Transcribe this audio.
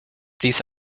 dies